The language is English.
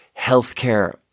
healthcare